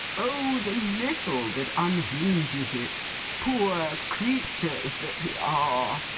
oh the little that unhinges it poor creatures that we are!